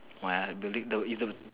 what building though isn't